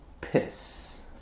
piss